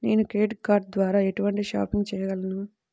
నేను credit card ద్వార ఎటువంటి షాపింగ్ చెయ్యగలను?